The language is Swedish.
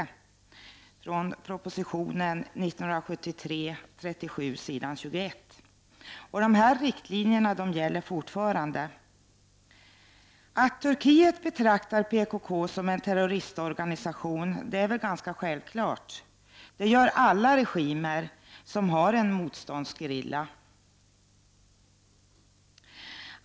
Så står det i prop. 1973:37 s. 21, och dessa riktlinjer gäller fortfarande. Att Turkiet betraktar PKK som en terroristorganisation är väl ganska självklart — så gör alla regimer som har en motståndsgerilla.